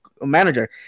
manager